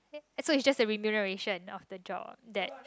so it's just the remuneration of the job that